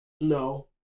No